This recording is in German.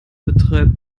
betreibt